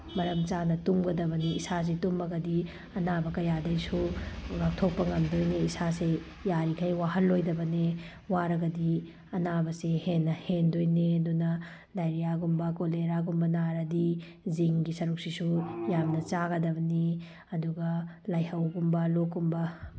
ꯃꯔꯝ ꯆꯥꯅ ꯇꯨꯝꯒꯗꯕꯅꯤ ꯏꯁꯥꯁꯦ ꯇꯨꯝꯃꯒꯗꯤ ꯑꯅꯥꯕ ꯀꯌꯥꯗꯒꯤꯁꯨ ꯉꯥꯛꯊꯣꯛꯄ ꯉꯝꯗꯣꯏꯅꯤ ꯏꯁꯥꯁꯤ ꯌꯥꯔꯤꯈꯩ ꯋꯥꯍꯟꯂꯣꯏꯗꯕꯅꯤ ꯋꯥꯔꯒꯗꯤ ꯑꯅꯥꯕꯁꯤ ꯍꯦꯟꯅ ꯍꯦꯟꯗꯣꯏꯅꯤ ꯑꯗꯨꯅ ꯗꯥꯏꯔꯤꯌꯥꯒꯨꯝꯕ ꯀꯣꯂꯦꯔꯥꯒꯨꯝꯕ ꯅꯥꯔꯗꯤ ꯓꯤꯛꯒꯤ ꯁꯔꯨꯛꯁꯤꯁꯨ ꯌꯥꯝꯅ ꯆꯥꯒꯗꯕꯅꯤ ꯑꯗꯨꯒ ꯂꯥꯍꯧꯒꯨꯝ ꯂꯣꯛꯀꯨꯝꯕ